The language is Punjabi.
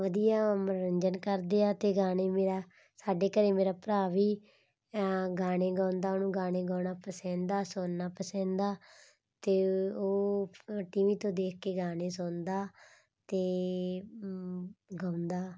ਵਧੀਆ ਮਨੋਰੰਜਨ ਕਰਦੇ ਆ ਅਤੇ ਗਾਣੇ ਮੇਰਾ ਸਾਡੇ ਘਰ ਮੇਰਾ ਭਰਾ ਵੀ ਗਾਣੇ ਗਾਉਂਦਾ ਉਹਨੂੰ ਗਾਣੇ ਗਾਉਣਾ ਪਸੰਦ ਆ ਸੁਣਨਾ ਪਸੰਦ ਆ ਅਤੇ ਉਹ ਟੀ ਵੀ ਤੋਂ ਦੇਖ ਕੇ ਗਾਣੇ ਸੁਣਦਾ ਅਤੇ ਗਾਉਂਦਾ